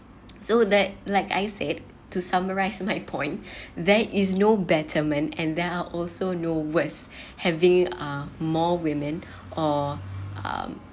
so that like I said to summarise my point there is no better man and there are also no waste having uh more women or um